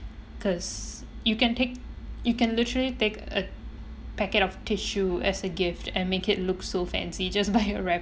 cause you can take you can literally take a packet of tissue as a gift and make it look so fancy just by wrapping